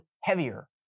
heavier